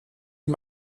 die